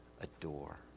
adore